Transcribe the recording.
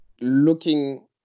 looking